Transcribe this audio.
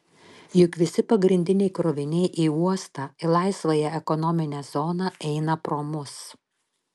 juk visi pagrindiniai kroviniai į uostą į laisvąją ekonominę zoną eina pro mus